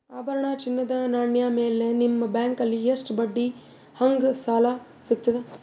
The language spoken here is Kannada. ಆಭರಣ, ಚಿನ್ನದ ನಾಣ್ಯ ಮೇಲ್ ನಿಮ್ಮ ಬ್ಯಾಂಕಲ್ಲಿ ಎಷ್ಟ ಬಡ್ಡಿ ಹಂಗ ಸಾಲ ಸಿಗತದ?